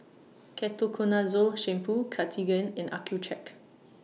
Ketoconazole Shampoo Cartigain and Accucheck